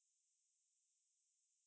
N_S_X yes err honda N_S_X